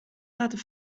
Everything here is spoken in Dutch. laten